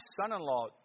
son-in-law